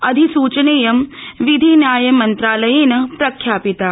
अधिसचनेयं विधिन्यायमन्त्रालयेन प्रख्यापिता